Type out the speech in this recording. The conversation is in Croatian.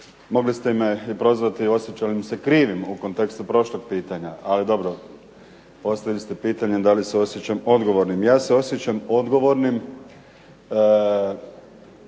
mogli ste me i prozvati osjećam li se krivim u kontekstu prošlog pitanja, ali dobro. Postavili ste pitanje da li se osjećam odgovornim. Ja se osjećam odgovornim